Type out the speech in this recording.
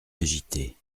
agité